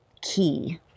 key